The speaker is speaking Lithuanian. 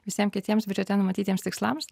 visiem kitiems biudžete numatytiems tikslams